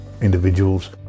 individuals